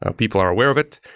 ah people are aware of it.